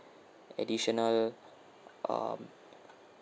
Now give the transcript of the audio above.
additional um